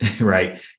Right